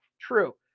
True